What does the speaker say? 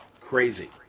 Crazy